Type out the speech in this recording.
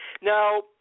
Now